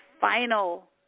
final